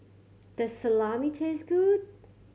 does Salami taste good